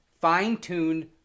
fine-tuned